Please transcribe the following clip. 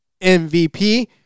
MVP